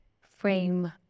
frame